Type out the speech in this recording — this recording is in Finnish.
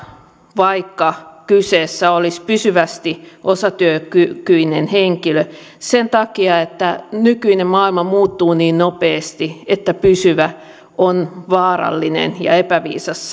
vaikka kyseessä olisi pysyvästi osatyökykyinen henkilö sen takia että nykyinen maailma muuttuu niin nopeasti että pysyvä on vaarallinen ja epäviisas